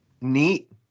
neat